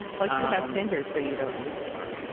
but you have tinder, so you don't need the bar